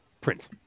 Prince